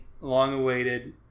long-awaited